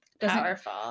powerful